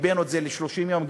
הקפאנו את זה ל-30 יום,